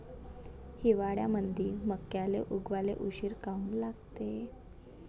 हिवाळ्यामंदी मक्याले उगवाले उशीर काऊन लागते?